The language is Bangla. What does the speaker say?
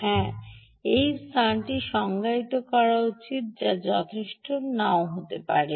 হ্যাঁ যে স্থানটি সংজ্ঞায়িত করা উচিত তা যথেষ্ট নাও হতে পারে